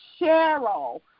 Cheryl